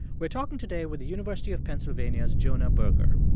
we're talking today with the university of pennsylvania's jonah berger.